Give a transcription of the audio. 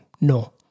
No